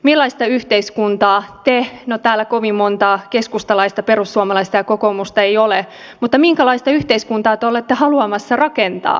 millaista yhteiskuntaa te no täällä ei kovin montaa keskustalaista perussuomalaista ja kokoomuslaista ole haluatte rakentaa